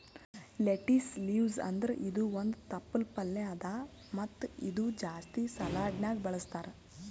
lettuce leaves ಅಂದುರ್ ಇದು ಒಂದ್ ತಪ್ಪಲ್ ಪಲ್ಯಾ ಅದಾ ಮತ್ತ ಇದು ಜಾಸ್ತಿ ಸಲಾಡ್ನ್ಯಾಗ ಬಳಸ್ತಾರ್